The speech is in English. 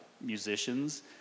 musicians